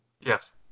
Yes